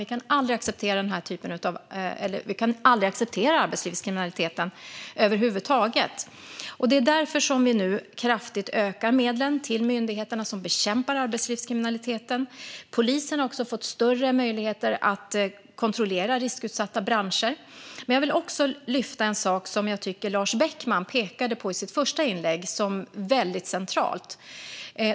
Vi kan aldrig acceptera arbetslivskriminaliteten över huvud taget. Det är därför som vi nu kraftigt ökar medlen till myndigheterna som bekämpar arbetslivskriminaliteten. Polisen har också fått större möjligheter att kontrollera riskutsatta branscher. Men jag vill också lyfta fram en sak som Lars Beckman pekade på i sitt första inlägg som väldigt central.